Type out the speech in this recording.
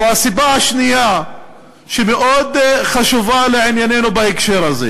או: הסיבה השנייה שמאוד חשובה לענייננו בהקשר הזה,